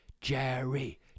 Jerry